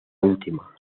última